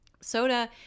soda